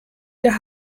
der